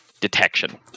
detection